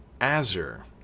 Azure